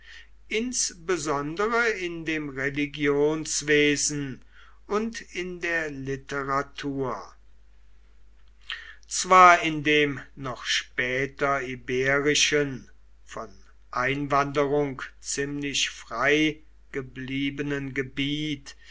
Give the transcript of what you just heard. insbesondere in dem religionswesen und in der literatur zwar in dem noch später iberischen von einwanderung ziemlich freigebliebenen gebiet